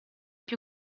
più